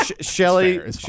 Shelly